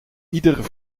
ieder